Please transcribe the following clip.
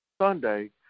Sunday